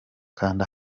kanda